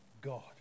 God